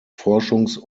forschungs